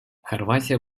хорватия